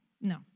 No